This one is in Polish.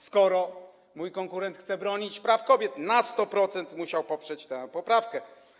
Skoro mój konkurent chce bronić praw kobiet, na 100% musiał poprzeć tę poprawkę.